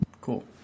Cool